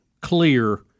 clear